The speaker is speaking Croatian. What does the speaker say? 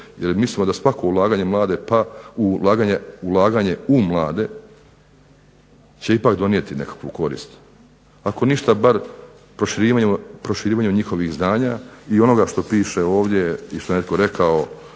jer mislimo da svako ulaganje u mlade će ipak donijeti nekakvu korist. Ako ništa bar proširivanje njihovih znanja i onoga što piše ovdje i što je netko rekao